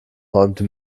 räumte